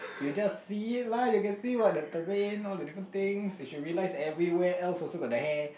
you just see it lah you can see what the terrain all the different things you should realise everywhere else also got the hair